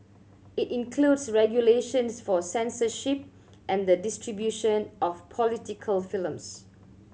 it includes regulations for censorship and the distribution of political films